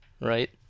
right